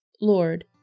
Lord